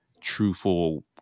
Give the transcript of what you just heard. truthful